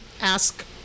ask